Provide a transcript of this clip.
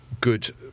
good